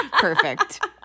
Perfect